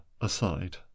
aside